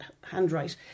handwrite